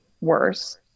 worse